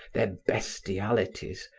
their bestialities,